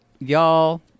y'all